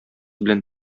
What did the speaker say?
белән